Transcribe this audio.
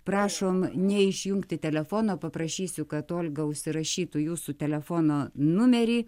prašom neišjungti telefono paprašysiu kad olga užsirašytų jūsų telefono numerį